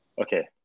Okay